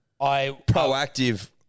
proactive